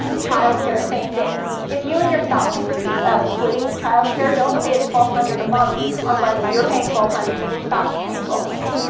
ah childcare same thing if you and your spouse are so splitting childcare, don't say it's twelve hundred a month unless you're paying twelve hundred and your spouse is paying twelve hundred.